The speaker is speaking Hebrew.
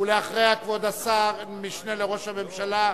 אחריה, כבוד השר, המשנה לראש הממשלה.